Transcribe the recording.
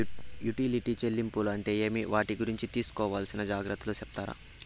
Utility చెల్లింపులు అంటే ఏమి? వాటి గురించి తీసుకోవాల్సిన జాగ్రత్తలు సెప్తారా?